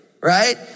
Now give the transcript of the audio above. Right